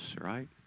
right